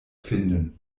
finden